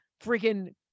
Freaking